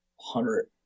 hundred